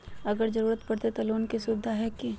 अगर जरूरत परते तो लोन के सुविधा है की?